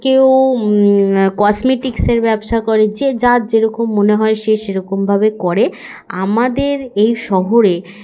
কেউ কসমেটিক্সের ব্যবসা করে যে যার যেরকম মনে হয় সে সেরকমভাবে করে আমাদের এই শহরে